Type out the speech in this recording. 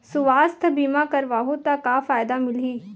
सुवास्थ बीमा करवाहू त का फ़ायदा मिलही?